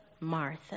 Martha